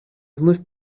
вновь